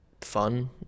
fun